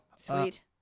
sweet